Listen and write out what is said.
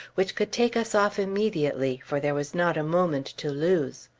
which could take us off immediately, for there was not a moment to lose.